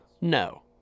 No